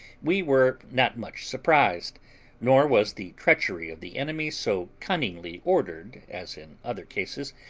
we were not much surprised nor was the treachery of the enemy so cunningly ordered as in other cases,